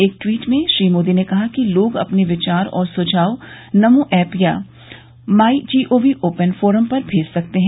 एक ट्वीट में श्री मोदी ने कहा कि लोग अपने विचार और सुझाव नमो ऐप या माई जीओवी ओपन फोरम पर भेज सकते हैं